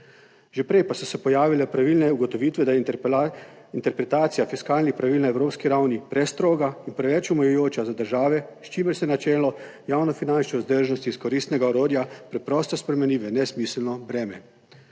Že prej pa so se pojavile pravilne ugotovitve, da je interpretacija fiskalnih pravil na evropski ravni prestroga in preveč omejujoča za države, s čimer se načelo javno finančne vzdržnosti iz koristnega orodja preprosto spremeni v nesmiselno breme,